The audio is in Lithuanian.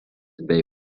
bei